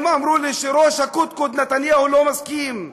הם אמרו לי שראש הקודקוד, נתניהו, לא מסכים.